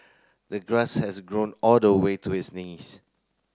the grass has grown all the way to his knees